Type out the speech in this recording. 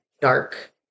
dark